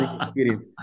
experience